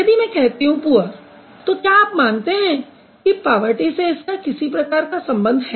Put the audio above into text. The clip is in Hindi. यदि मैं कहती हूँ पुअर तो क्या आप मानते हैं कि पावर्टी से इसका किसी प्रकार का संबंध है